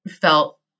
felt